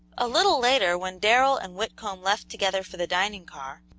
a little later, when darrell and whitcomb left together for the dining-car,